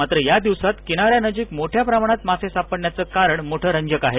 मात्र या दिवसांत किनाऱ्यानजीक मोठ्या प्रमाणात मासे सापडण्याचं कारण मोठं रंजक आहे